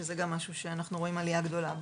שזה גם משהו שאנחנו רואים עלייה גדולה בו,